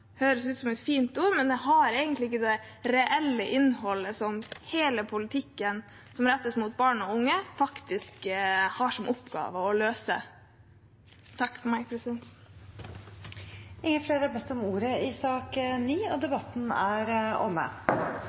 høres ut som et fint ord, men det har egentlig ikke det reelle innholdet som hele politikken som rettes mot barn og unge, faktisk har som oppgave å løse. Flere har ikke bedt om ordet til sak nr. 9. Etter ønske fra familie- og kulturkomiteen vil presidenten ordne debatten